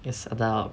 it's about